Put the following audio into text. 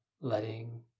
letting